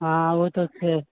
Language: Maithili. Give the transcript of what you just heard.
हँ ओ तऽ छै